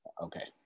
Okay